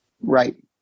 right